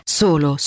solo